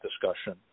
discussion